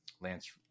Lance